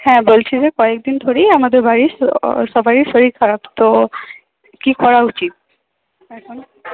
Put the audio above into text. হ্যাঁ বলছি যে কয়েকদিন ধরেই আমাদের বাড়ির সবারই শরীর খারাপ তো কি করা উচিত এখন